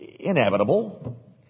inevitable